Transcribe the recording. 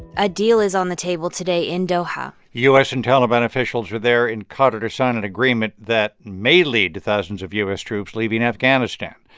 a deal is on the table today in doha u s. and taliban officials are there in qatar to sign an agreement that may lead to thousands of u s. troops leaving afghanistan.